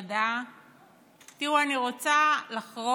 באמת רוצה לדבר